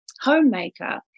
homemaker